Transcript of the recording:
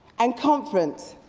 and conference,